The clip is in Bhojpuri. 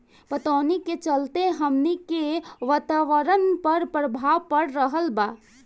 पटवनी के चलते हमनी के वातावरण पर प्रभाव पड़ रहल बा